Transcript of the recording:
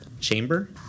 chamber